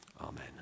Amen